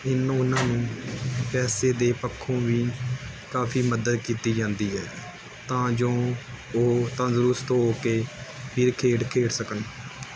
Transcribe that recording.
ਇਨ ਉਹਨਾ ਨੂੰ ਪੈਸੇ ਦੇ ਪੱਖੋਂ ਵੀ ਕਾਫੀ ਮਦਦ ਕੀਤੀ ਜਾਂਦੀ ਹੈ ਤਾਂ ਜੋ ਉਹ ਤੰਦਰੁਸਤ ਹੋ ਕੇ ਫਿਰ ਖੇਡ ਖੇਡ ਸਕਣ